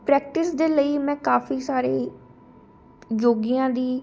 practice ਦੇ ਲਈ ਮੈਂ ਕਾਫੀ ਸਾਰੇ ਯੋਗੀਆਂ ਦੀ